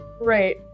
Right